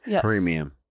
Premium